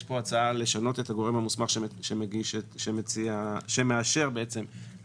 יש פה הצעה לשנות את הגורם המוסמך שמאשר הן